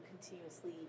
continuously